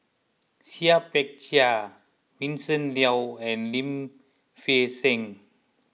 Seah Peck Seah Vincent Leow and Lim Fei Shen